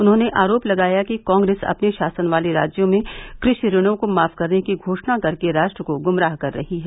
उन्होंने आरोप लगाया कि कांप्रेस अपने शासन वाले राज्यों में कृषि ऋणों को माफ करने की घोषणा करके राष्ट्र को गुमराह कर रही है